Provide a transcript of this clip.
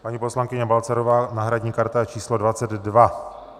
Paní poslankyně Balcarová náhradní karta číslo 22.